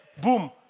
Boom